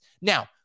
Now